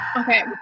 okay